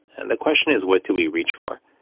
and the question is, what do we reach for?